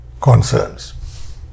concerns